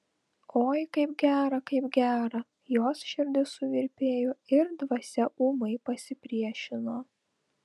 oi kaip gera kaip gera jos širdis suvirpėjo ir dvasia ūmai pasipriešino